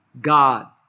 God